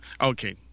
Okay